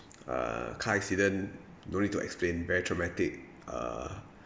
uh car accident don't need to explain very traumatic uh